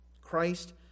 Christ